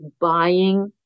buying